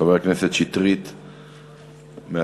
חבר הכנסת שטרית מהתנועה.